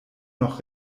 noch